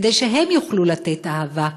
כדי שהם יוכלו לתת אהבה,